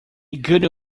good